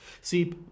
see